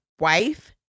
wife